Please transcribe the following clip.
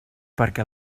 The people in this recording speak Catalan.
perquè